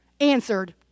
answered